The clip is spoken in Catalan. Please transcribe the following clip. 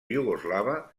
iugoslava